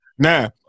Now